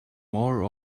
more